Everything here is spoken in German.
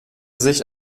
sich